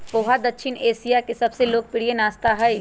पोहा दक्षिण एशिया के सबसे लोकप्रिय नाश्ता हई